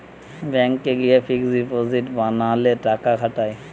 ব্যাংকে গিয়ে fixed deposit বানালে টাকা খাটায়